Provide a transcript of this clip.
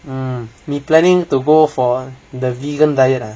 um 你 planning to go for the vegan diet ah